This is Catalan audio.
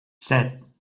set